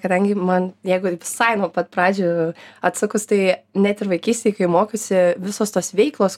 kadangi man jeigu ir visai nuo pat pradžių atsukus tai net ir vaikystėj kai mokiausi visos tos veiklos